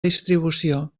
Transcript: distribució